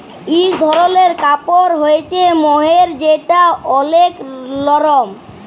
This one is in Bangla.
ইক ধরলের কাপড় হ্য়চে মহের যেটা ওলেক লরম